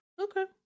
okay